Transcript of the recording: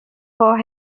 for